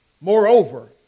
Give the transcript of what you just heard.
Moreover